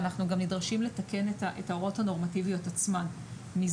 אני חושבת שזה